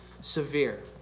severe